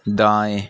दाएं